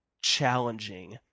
challenging